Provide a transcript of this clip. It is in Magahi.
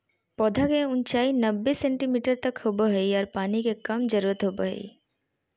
पौधा के ऊंचाई नब्बे सेंटीमीटर तक होबो हइ आर पानी के कम जरूरत होबो हइ